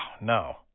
no